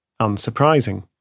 Unsurprising